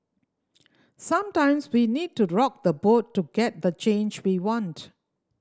sometimes we need to rock the boat to get the change we want